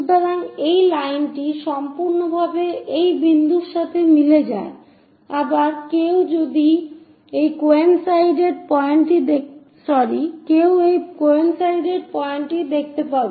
সুতরাং এই লাইনটি সম্পূর্ণরূপে এই বিন্দুর সাথে মিলে যায় তবে আবার কেউ এই কোয়েনসাইডেড পয়েন্টটি দেখতে পাবে